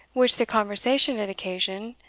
which the conversation had occasioned,